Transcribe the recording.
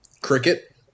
cricket